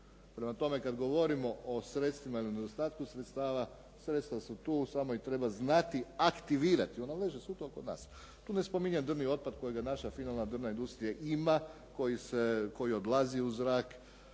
Prema tome, kad govorimo o sredstvima i o nedostatku sredstava sredstva su tu samo ih treba znati aktivirati, ona leže svuda oko nas. Tu ne spominjem drvni otpad koji naša finalna drvna industrija ima, koji odlazi u zrak,